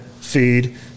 feed